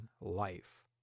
life